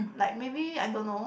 like maybe I don't know